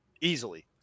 Easily